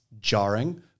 jarring